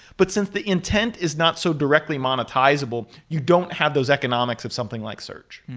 but since the intent is not so directly monetizable, you don't have those economics of something like search.